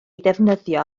defnyddio